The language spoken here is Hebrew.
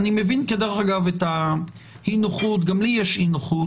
מבין, כדרך אגב, את האי-נוחות, גם לי יש אי-נוחות